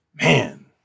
Man